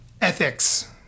ethics